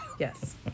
Yes